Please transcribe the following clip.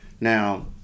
Now